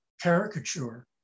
caricature